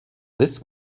this